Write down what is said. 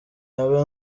nawe